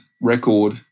record